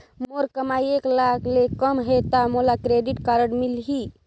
मोर कमाई एक लाख ले कम है ता मोला क्रेडिट कारड मिल ही?